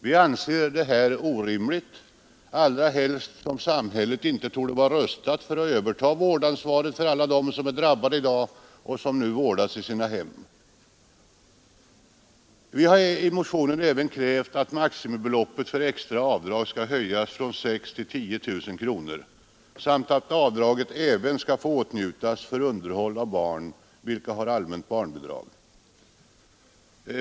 Vi anser detta orimligt, allra helst som samhället inte torde vara rustat för att överta vårdansvaret för alla dem som är drabbade i dag och som vårdas i I motionen har vi även krävt att maximibeloppet för extra avdrag skall höjas från 6 000 till 10 000 kronor samt att avdraget också skall få åtnjutas för underhåll av barn vilka har allmänt barnbidrag.